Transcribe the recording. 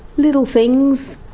little things.